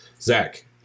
Zach